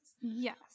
Yes